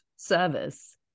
service